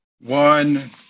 One